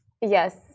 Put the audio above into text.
yes